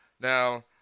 Now